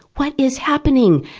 what is happening!